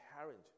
parent